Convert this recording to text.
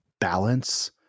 balance